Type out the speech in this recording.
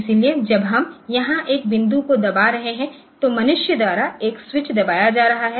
इसलिए जब हम यहां एक बिंदु को दबा रहे हैं तो मनुष्य द्वारा एक स्विच दबाया जा रहा है